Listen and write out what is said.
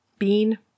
Bean